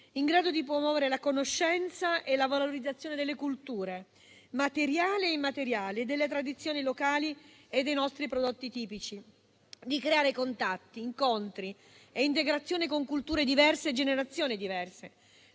in grado di promuovere la conoscenza e la valorizzazione delle culture, materiali e immateriali, delle tradizioni locali e dei nostri prodotti tipici; di creare contatti, incontri e integrazione con culture diverse e generazioni diverse;